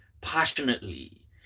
passionately